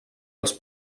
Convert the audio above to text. els